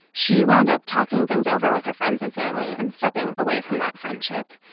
she wound up talking things over with her friends and family and stepping away from that friendship.